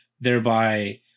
thereby